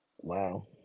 Wow